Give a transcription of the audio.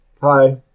Hi